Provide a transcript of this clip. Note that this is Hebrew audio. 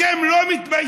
אתם לא מתביישים?